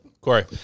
Corey